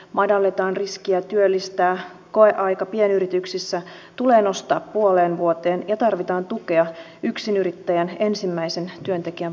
madalletaan riskiä työllistää koeaika pienyrityksissä tulee nostaa puoleen vuoteen ja tarvitaan tukea yksinyrittäjän ensimmäisen työntekijän palkkaukseen